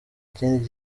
kindi